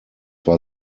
war